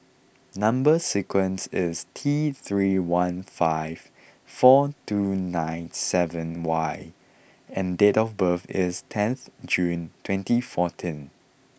number sequence is T three one five four two nine seven Y and date of birth is ten June twenty fourteen